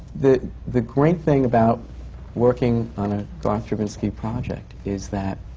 the the great thing about working on a garth drabinsky project is that